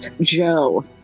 Joe